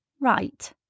Right